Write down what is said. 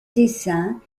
dessin